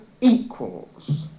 equals